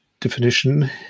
definition